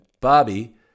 Bobby